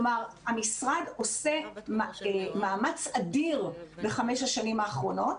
המשרד עושה מאמץ אדיר בחמש השנים האחרונות